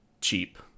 cheap